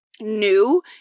new